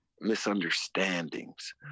misunderstandings